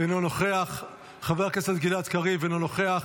אינו נוכח, חבר הכנסת גלעד קריב, אינו נוכח,